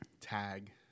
tag